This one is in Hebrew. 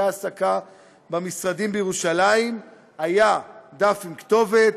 ההעסקה במשרדים בירושלים היה דף עם כתובת,